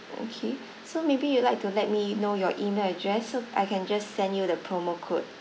okay so maybe you'll like to let me know your email address so I can just send you the promo code